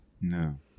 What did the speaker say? No